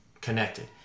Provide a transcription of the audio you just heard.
connected